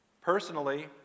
Personally